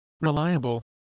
reliable